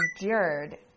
endured